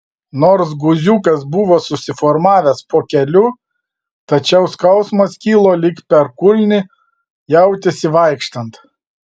nors guziukas buvo susiformavęs po keliu tačiau skausmas kilo lyg per kulnį jautėsi vaikštant